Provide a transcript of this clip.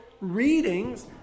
readings